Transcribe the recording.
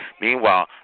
Meanwhile